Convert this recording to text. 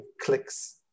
clicks